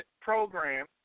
program